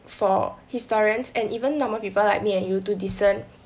for historians and even normal people like me and you to discern